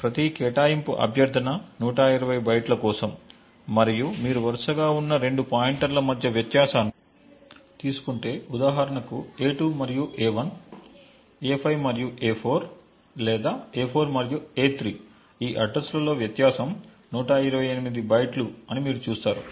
ప్రతి కేటాయింపు అభ్యర్థన 120 బైట్ల కోసం మరియు మీరు వరుసగా వున్న రెండు పాయింటర్ల మధ్య వ్యత్యాసాన్ని తీసుకుంటే ఉదాహరణకు a2 మరియు a1 a5 మరియు a4 లేదా a4 మరియు a3 ఈ అడ్రస్ లలో వ్యత్యాసం 128 బైట్లు అని మీరు చూస్తారు